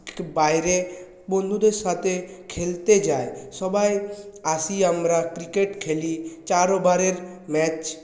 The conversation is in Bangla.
বাইরে বন্ধুদের সাথে খেলতে যাই সবাই আসি আমরা ক্রিকেট খেলি চার ওভারের ম্যাচ